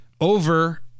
over